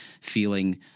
feeling